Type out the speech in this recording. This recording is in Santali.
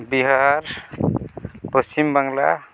ᱵᱤᱦᱟᱨ ᱯᱚᱥᱪᱷᱤᱢ ᱵᱟᱝᱞᱟ